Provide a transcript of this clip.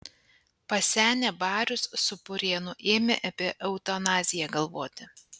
pasenę barius su purėnu ėmė apie eutanaziją galvoti